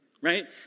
Right